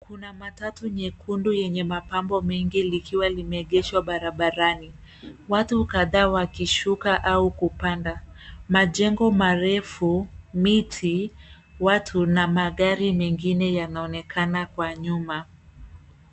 Kuna matatu nyekundu yenye mapambo mengi likiwa limeegeshwa barabarani. Watu kadhaa wakishuka au kupanda. Majengo marefu, miti, watu na magari mengine yanaonekana kwa nyuma.